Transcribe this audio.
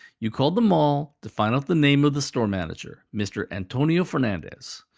you called the mall to find out the name of the store manager, mr. antonio fernandez.